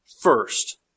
first